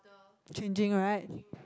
changing right